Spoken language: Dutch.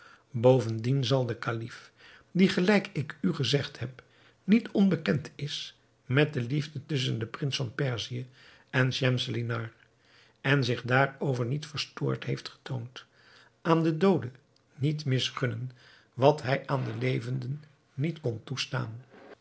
bovendien zal de kalif die gelijk ik u gezegd heb niet onbekend is met de liefde tusschen den prins van perzië en schemselnihar en zich daarover niet verstoord heeft getoond aan de dooden niet misgunnen wat hij aan de levenden niet kon